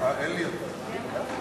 אברהים צרצור לא נתקבלה.